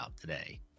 today